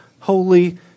holy